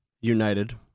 united